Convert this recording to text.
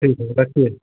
ठीक है रखिए